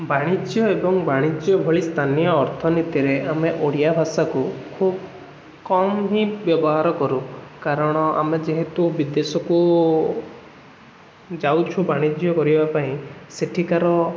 ବାଣିଜ୍ୟ ଏବଂ ବାଣିଜ୍ୟ ଭଳି ସ୍ଥାନୀୟ ଅର୍ଥନୀତିରେ ଆମେ ଓଡ଼ିଆଭାଷାକୁ ଖୁବ କମ୍ ହିଁ ବ୍ୟବହାର କରୁ କାରଣ ଆମେ ଯେହେତୁ ବିଦେଶକୁ ଯାଉଛୁ ବାଣିଜ୍ୟ କରିବା ପାଇଁ ସେଠିକାର